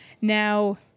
Now